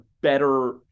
better